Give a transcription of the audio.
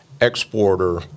exporter